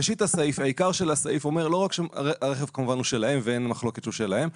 הרכב הוא שלהם וכמובן אין מחלוקת שהוא שלהם.